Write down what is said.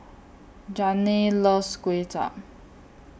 Janae loves Kway Chap